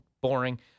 boring